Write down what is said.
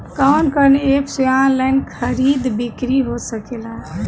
कवन कवन एप से ऑनलाइन खरीद बिक्री हो सकेला?